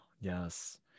Yes